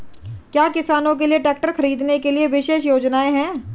क्या किसानों के लिए ट्रैक्टर खरीदने के लिए विशेष योजनाएं हैं?